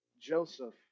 Joseph